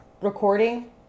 recording